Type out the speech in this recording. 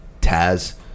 Taz